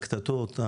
הקטטות,